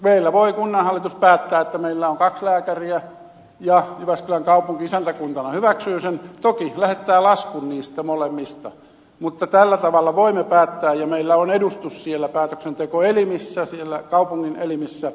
meillä voi kunnanhallitus päättää että meillä on kaksi lääkäriä ja jyväskylän kaupunki isäntäkuntana hyväksyy sen toki lähettää laskun niistä molemmista mutta tällä tavalla voimme päättää ja meillä on edustus siellä päätöksentekoelimissä siellä kaupungin elimissä